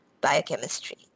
biochemistry